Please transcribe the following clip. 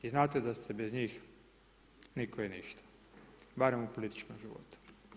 I znate da ste bez njih nitko i ništa, barem u političkom životu.